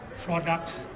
product